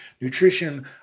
nutrition